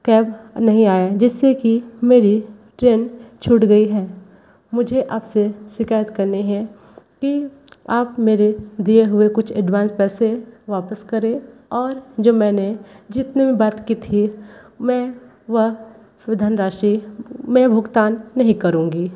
cab नहीं आया जिससे कि मेरी ट्रेन छूट गई है मुझे आपसे शिकायत करनी है कि आप मेरे दिए हुए कुछ एडवांस पैसे वापस करें और जो मैंने जितने में बात की थी मैं वह धनराशि मैं भुगतान नहीं करूंगी